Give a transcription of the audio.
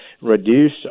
reduce